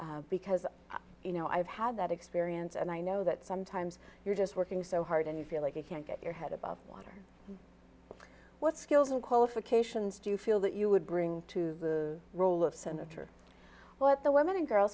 because you know i've had that experience and i know that sometimes you're just working so hard and you feel like you can't get your head above water what skills and qualifications do you feel that you would bring to the role of senator but the women and girls